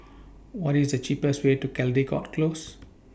What IS The cheapest Way to Caldecott Close